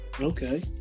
okay